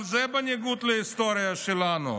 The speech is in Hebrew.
גם זה בניגוד להיסטוריה שלנו.